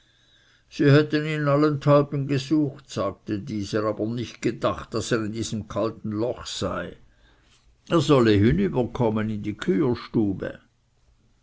sie hatten ihn allenthalben gesucht sagte dieser aber nicht gedacht daß er in diesem kalten loch sei er solle hinüberkommen in die küherstube